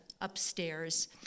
upstairs